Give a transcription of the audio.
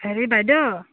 হেৰি বাইদেউ